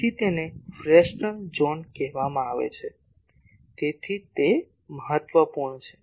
તેથી તેને Fresnel zone કહેવામાં આવે છે તેથી જ તે મહત્વપૂર્ણ છે